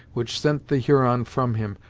which sent the huron from him,